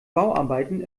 bauarbeiten